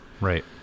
Right